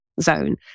zone